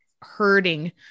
hurting